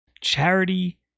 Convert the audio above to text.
charity